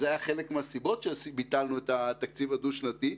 גירעון זה הוא אחד המניעים לביטול התקציב הדו-שנתי.